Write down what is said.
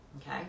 okay